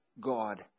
God